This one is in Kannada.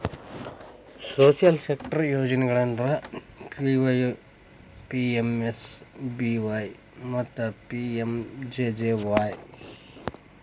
ಸೋಶಿಯಲ್ ಸೆಕ್ಟರ್ ಯೋಜನೆಗಳಂದ್ರ ಪಿ.ವೈ.ಪಿ.ಎಮ್.ಎಸ್.ಬಿ.ವಾಯ್ ಮತ್ತ ಪಿ.ಎಂ.ಜೆ.ಜೆ.ವಾಯ್